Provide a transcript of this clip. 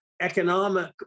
economic